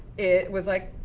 it was like,